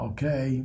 Okay